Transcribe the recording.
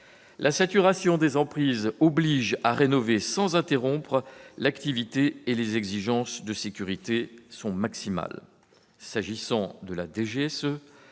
la saturation des emprises oblige à rénover sans interrompre l'activité et les exigences de sécurité sont maximales. S'agissant de la DGSE,